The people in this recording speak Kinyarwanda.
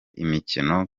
imikino